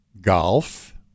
golf